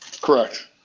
Correct